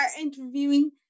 interviewing